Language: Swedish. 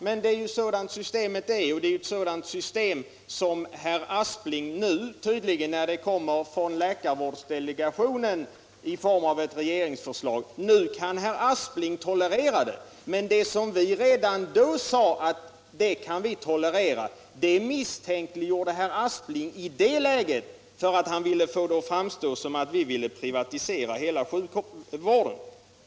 Men systemet är ju sådant, och när det nu kommer från läkarvårdsdelegationen i form av ett regeringsförslag kan herr Aspling tolerera det. Men det som vi redan då sade att vi kan tolerera misstänkliggjorde herr Aspling i det läget, därför att han ville få det att framstå som om vi ville privatisera hela sjukvården.